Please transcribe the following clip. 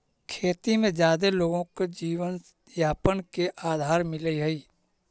खेती में जादे लोगो के जीवनयापन के आधार मिलऽ हई